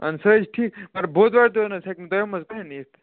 سُہ حظ چھُ ٹھیٖک مگر بۄدوارِ دۄہ حظ ہٮ۪کہِ نہٕ دۄیو منٛز کٕہٕنۍ یِتھ